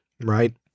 right